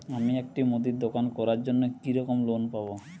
আমি একটি মুদির দোকান করার জন্য কি রকম লোন পাব?